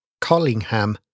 Collingham